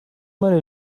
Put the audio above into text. meine